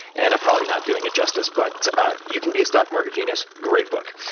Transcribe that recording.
and i'm probably not doing it justice but you can be a stock market genius, great book.